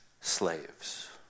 slaves